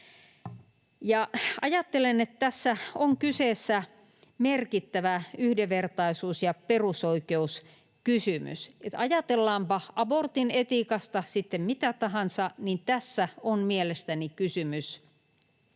Ajattelen, että tässä on kyseessä merkittävä yhdenvertaisuus- ja perusoikeuskysymys — että ajatellaanpa abortin etiikasta sitten mitä tahansa, niin tässä on mielestäni kysymys